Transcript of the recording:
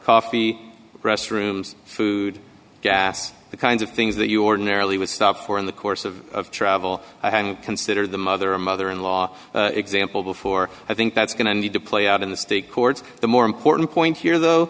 coffee restrooms food gas the kinds of things that you ordinarily would stop for in the course of travel consider the mother a mother in law example before i think that's going to need to play out in the state courts the more important point here though